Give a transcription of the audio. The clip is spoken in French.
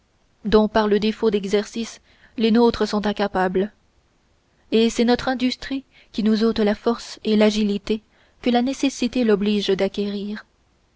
dont par le défaut d'exercice les nôtres sont incapables et c'est notre industrie qui nous ôte la force et l'agilité que la nécessité l'oblige d'acquérir